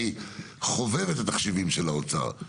אני חובב את התחשיבים של האוצר.